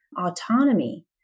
autonomy